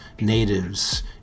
natives